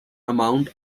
amount